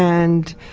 and,